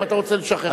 אם אתה רוצה לשחרר.